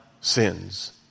sins